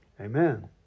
Amen